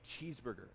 cheeseburger